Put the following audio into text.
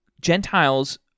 Gentiles